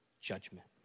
judgment